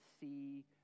see